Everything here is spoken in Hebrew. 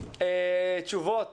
תשובות